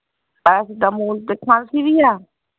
paracetamol ते खांसी बी ऐ